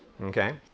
okay